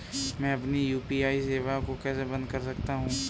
मैं अपनी यू.पी.आई सेवा को कैसे बंद कर सकता हूँ?